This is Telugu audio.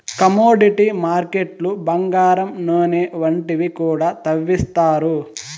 కమోడిటీ మార్కెట్లు బంగారం నూనె వంటివి కూడా తవ్విత్తారు